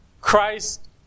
Christ